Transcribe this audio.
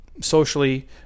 socially